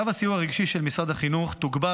קו הסיוע הרגשי של משרד החינוך תוגבר